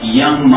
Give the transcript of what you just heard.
young